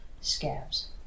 scabs